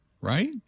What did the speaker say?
right